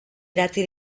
idatzi